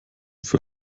für